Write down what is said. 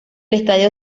estadio